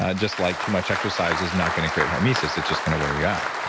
ah just like too much exercise is not going to create hormesis. it's just going to wear you out, right?